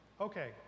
Okay